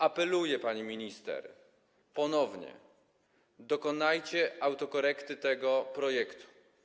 Apeluję, pani minister, ponownie: dokonajcie autokorekty tego projektu.